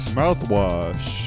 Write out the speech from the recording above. mouthwash